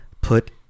put